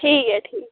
ठीक ऐ ठीक